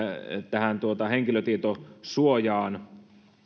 tähän henkilötietosuojaan